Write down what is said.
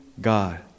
God